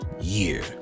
year